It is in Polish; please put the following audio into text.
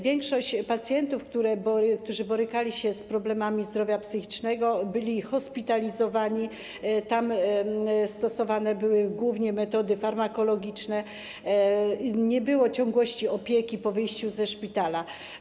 Większość pacjentów, którzy borykali się z problemami zdrowia psychicznego, była hospitalizowana, tam stosowane były głównie metody farmakologiczne, nie było ciągłości opieki po wyjściu ze szpitala.